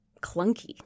clunky